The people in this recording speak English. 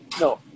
No